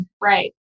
Right